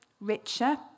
richer